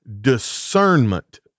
discernment